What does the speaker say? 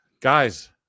guys